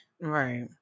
right